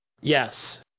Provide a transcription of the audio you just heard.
Yes